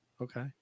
Okay